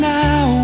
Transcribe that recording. now